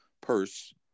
purse